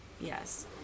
Yes